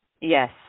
Yes